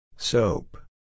Soap